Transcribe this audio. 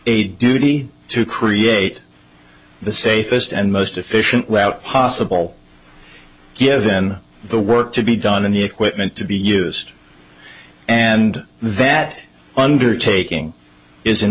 a duty to create the safest and most efficient way out possible given the work to be done and the equipment to be used and that undertaking is